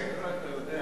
אולי במקרה אתה יודע